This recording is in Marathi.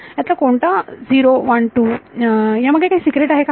यातला कोणता 0 1 2 यामागे काही सिक्रेट आहे का